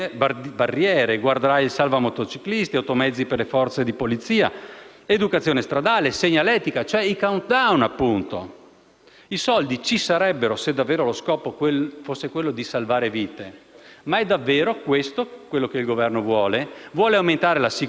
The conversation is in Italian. I soldi ci sarebbero, se lo scopo fosse davvero quello di salvare vite, ma è davvero questo ciò che il Governo vuole? Vuole aumentare la sicurezza dei cittadini o dare agli enti locali uno strumento per fare cassa e compensare i continui tagli nei trasferimenti?